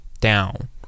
down